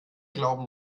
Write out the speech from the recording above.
glauben